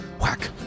whack